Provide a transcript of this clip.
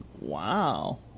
wow